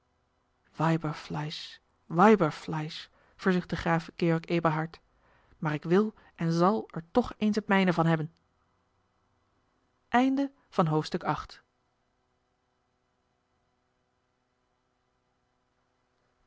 weiberfleisch verzuchtte graaf george eberhard maar ik wil en zal er toch eens het mijne van hebben